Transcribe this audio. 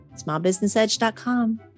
Smallbusinessedge.com